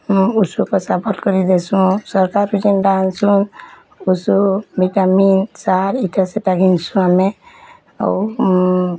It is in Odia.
ମୁଁ ଓଷ ପଇସା୍ ଭଲ୍ କରି ଦେସୁଁ ସରକାର୍ ଠୁ ଜେନ୍ତା ଆଣୁଚୁଁ ଓଷୁ ଭିଟାମିନ୍ ସାର୍ ଏଇଟା ସେଇଟା କି ଆମେ ଆଉ